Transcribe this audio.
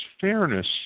fairness